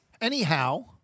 Anyhow